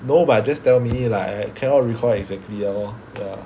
no but just tell me like I cannot recall exactly lor